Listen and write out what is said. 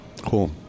Cool